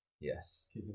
yes